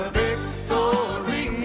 victory